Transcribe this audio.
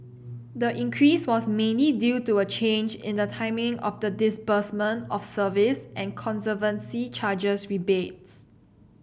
the increase was mainly due to a change in the timing of the disbursement of service and conservancy charges rebates